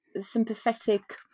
sympathetic